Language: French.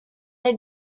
est